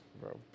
Bro